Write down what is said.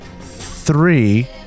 three